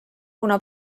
kuna